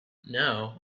now